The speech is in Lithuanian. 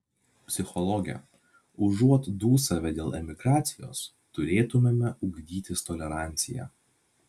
psichologė užuot dūsavę dėl emigracijos turėtumėme ugdytis toleranciją